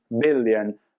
billion